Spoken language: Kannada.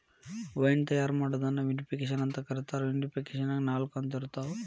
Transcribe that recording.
ವೈನ್ ತಯಾರ್ ಮಾಡೋದನ್ನ ವಿನಿಪಿಕೆಶನ್ ಅಂತ ಕರೇತಾರ, ವಿನಿಫಿಕೇಷನ್ನ್ಯಾಗ ನಾಲ್ಕ ಹಂತ ಇರ್ತಾವ